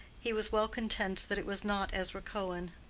he was well content that it was not ezra cohen.